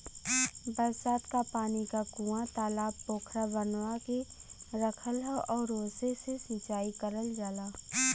बरसात क पानी क कूंआ, तालाब पोखरा बनवा के रखल हौ आउर ओसे से सिंचाई करल जाला